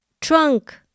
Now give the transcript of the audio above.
Trunk